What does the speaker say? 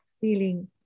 feeling